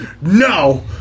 No